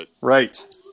Right